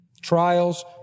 Trials